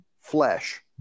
flesh